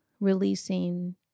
releasing